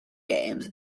games